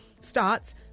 starts